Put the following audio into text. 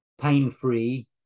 pain-free